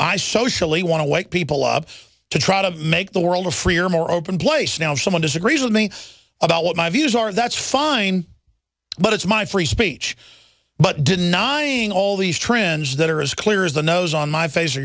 i socially want to wake people up to try to make the world a freer more open place now if someone disagrees with me about what my views are that's fine but it's my free speech but denying all these trends that are as clear as the nose on my face or